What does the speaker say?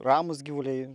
ramūs gyvuliai